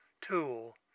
tool